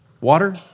water